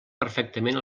perfectament